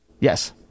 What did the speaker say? Yes